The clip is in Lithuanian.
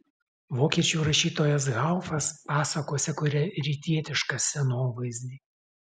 vokiečių rašytojas haufas pasakose kuria rytietišką scenovaizdį